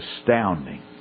astounding